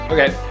Okay